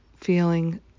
feeling